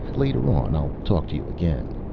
later on i'll talk to you again.